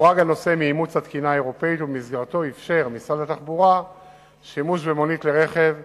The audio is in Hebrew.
שאימץ את התקינה האירופית בתחום רישוי הרכב והנהיגה.